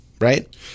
right